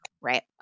Right